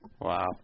Wow